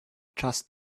just